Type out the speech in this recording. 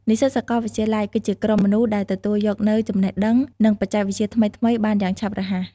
និស្សិតសាកលវិទ្យាល័យគឺជាក្រុមមនុស្សដែលទទួលយកនូវចំណេះដឹង និងបច្ចេកវិទ្យាថ្មីៗបានយ៉ាងឆាប់រហ័ស។